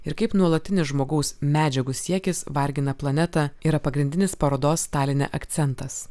ir kaip nuolatinis žmogaus medžiagų siekis vargina planetą yra pagrindinis parodos taline akcentas